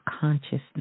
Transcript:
consciousness